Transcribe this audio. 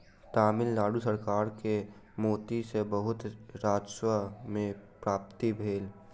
तमिल नाडु सरकार के मोती सॅ बहुत राजस्व के प्राप्ति भेल